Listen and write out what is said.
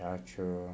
ya true